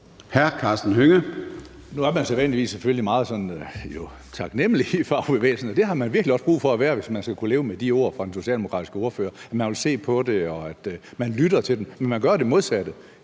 er man jo sædvanligvis selvfølgelig sådan meget taknemlig i fagbevægelsen, og det har man virkelig også brug for at være, hvis man skal kunne leve med de ord fra den socialdemokratiske ordfører; man vil se på det, og man lytter til dem, men man gør jo det modsatte.